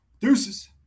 Deuces